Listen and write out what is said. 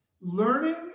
learning